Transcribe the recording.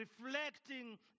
reflecting